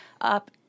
up